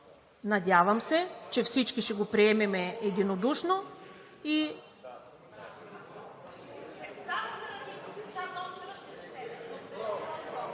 Надявам се, че всички ще го приемем единодушно.